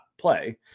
play